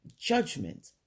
judgment